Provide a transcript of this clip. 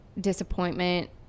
disappointment